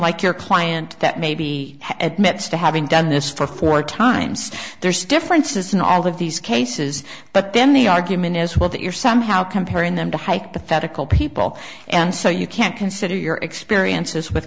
like your client that may be admitted to having done this for four times there's differences in all of these cases but then the argument is that you're somehow comparing them to hypothetical people and so you can't consider your experiences with